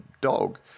dog